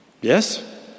Yes